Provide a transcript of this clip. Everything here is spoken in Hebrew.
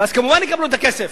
ואז כמובן יקבלו את הכסף.